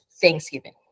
thanksgiving